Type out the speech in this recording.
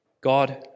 God